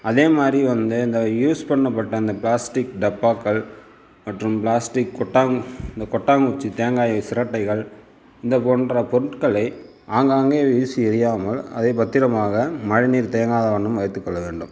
அதே மாதிரி வந்து இந்த யூஸ் பண்ணப்பட்ட அந்த பிளாஸ்டிக் டப்பாக்கள் மற்றும் பிளாஸ்டிக் கொட்டாங் இந்த கொட்டாங்குச்சி தேங்காய் சிரட்டைகள் இதை போன்ற பொருட்களை ஆங்காங்கே வீசி எறியாமல் அதை பத்திரமாக மழை நீர் தேங்காத வண்ணம் வைத்துக்கொள்ள வேண்டும்